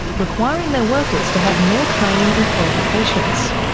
requiring their workers to have more training and qualifications.